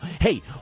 Hey